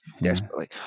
Desperately